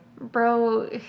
Bro